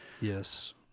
Yes